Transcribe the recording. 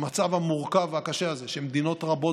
במצב המורכב והקשה הזה שמדינות רבות